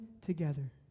together